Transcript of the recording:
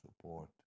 support